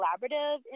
collaborative